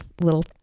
little